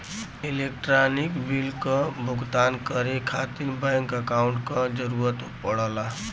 electronic bill क भुगतान करे खातिर बैंक अकांउट क जरूरत पड़ला